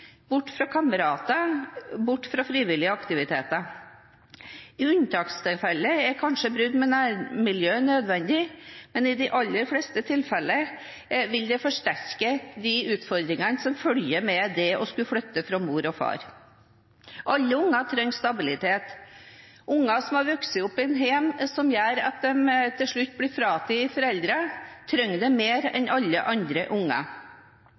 bort fra kamerater og bort fra frivillige aktiviteter. I unntakstilfeller er kanskje brudd med nærmiljøet nødvendig, men i de aller fleste tilfeller vil det forsterke de utfordringene som følger med det å skulle flytte fra mor og far. Alle unger trenger stabilitet. Unger som har vokst opp i et hjem som gjør at de til slutt blir fratatt foreldrene, trenger det mer enn alle andre